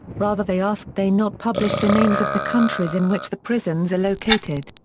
rather they asked they not publish the names of the countries in which the prisons are located.